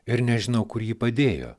ir nežinau kur jį padėjo